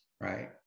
right